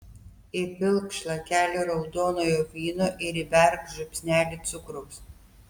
įpilk šlakelį raudonojo vyno ir įberk žiupsnelį cukraus